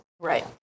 Right